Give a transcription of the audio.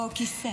בבקשה.